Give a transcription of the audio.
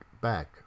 back